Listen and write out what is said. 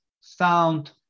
sound